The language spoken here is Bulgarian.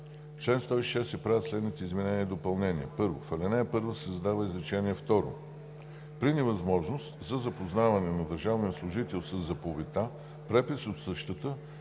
106 се правят следните изменения и допълнения: 1. В ал. 1 се създава изречение второ: „При невъзможност за запознаване на държавния служител със заповедта, препис от същата,